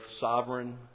sovereign